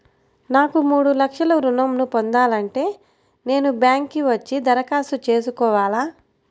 నాకు మూడు లక్షలు ఋణం ను పొందాలంటే నేను బ్యాంక్కి వచ్చి దరఖాస్తు చేసుకోవాలా?